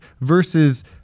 Versus